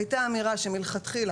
הייתה אמירה שמלכתחילה,